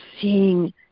seeing